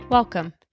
Welcome